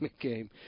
game